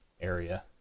area